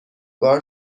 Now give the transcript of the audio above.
بار